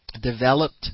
developed